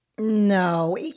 No